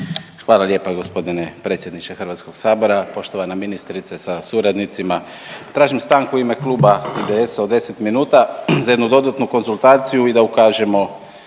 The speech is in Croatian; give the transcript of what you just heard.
Hvala lijepa gospodine predsjedniče Hrvatskog sabora, poštovana ministrice sa suradnicima. Tražim stanku u ime kluba IDS-a od 10 minuta za jednu dodatnu konzultaciju i da ukažemo